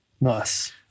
Nice